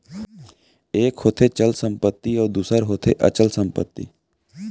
एक होथे चल संपत्ति अउ दूसर होथे अचल संपत्ति